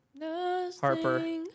Harper